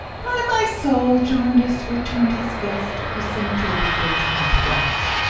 by my soul, jarndyce, returned his guest, who seemed to refer to his watch,